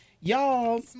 Y'all